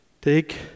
Take